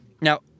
Now